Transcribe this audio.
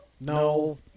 No